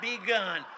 begun